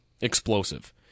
explosive